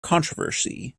controversy